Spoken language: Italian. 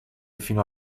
fino